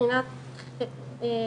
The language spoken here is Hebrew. מבחינת חברים,